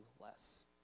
less